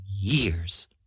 years